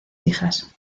hijas